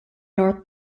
north